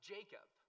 Jacob